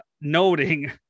noting